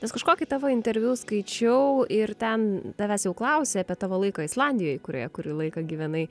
nes kažkokį tavo interviu skaičiau ir ten tavęs jau klausė apie tavo laiką islandijoj kurioje kurį laiką gyvenai